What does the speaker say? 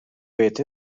beat